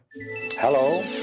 hello